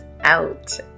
out